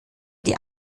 die